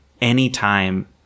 anytime